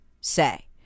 say